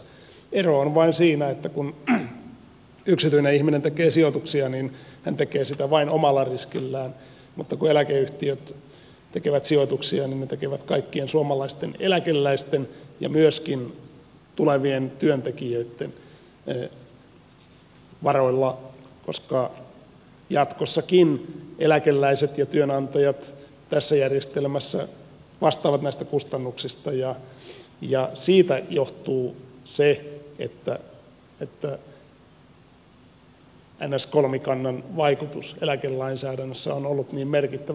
ero on vain siinä että kun yksityinen ihminen tekee sijoituksia niin hän tekee sitä vain omalla riskillään mutta kun eläkeyhtiöt tekevät sijoituksiaan niin ne tekevät kaikkien suomalaisten eläkeläisten ja myöskin tulevien työntekijöitten varoilla koska jatkossakin eläkeläiset ja työnantajat tässä järjestelmässä vastaavat näistä kustannuksista ja siitä johtuu se että niin sanottu kolmikannan vaikutus eläkelainsäädännössä on ollut niin merkittävä